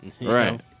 right